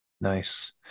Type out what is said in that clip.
Nice